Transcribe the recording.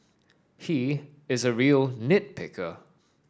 he is a real nit picker